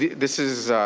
this is